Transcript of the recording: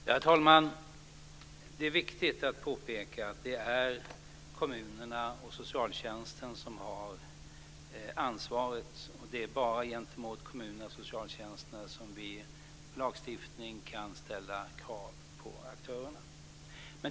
Herr talman! Det är viktigt att påpeka att det är kommunerna och socialtjänsten som har ansvaret, och det är bara gentemot kommunerna och socialtjänsten som vi med lagstiftning kan ställa krav på aktörerna.